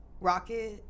Rocket